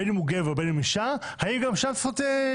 בין אם הוא גבר ובין אם הוא אישה האם גם שם צריך לעשות שינוי?